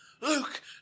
Luke